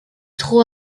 trop